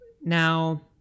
Now